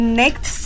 next